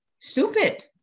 stupid